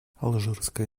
алжирская